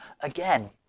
again